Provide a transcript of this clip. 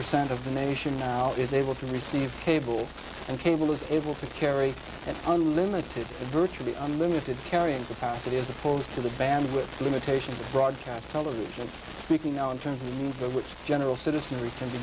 percent of the nation now is able to receive cable and cable is able to carry unlimited virtually unlimited carrying capacity as opposed to the bandwidth limitations broadcast television making now in terms of which general citizen